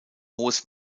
hohes